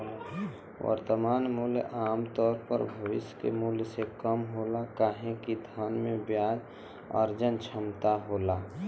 वर्तमान मूल्य आमतौर पर भविष्य के मूल्य से कम होला काहे कि धन में ब्याज अर्जन क्षमता होला